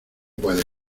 puedes